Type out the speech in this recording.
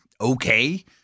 okay